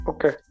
Okay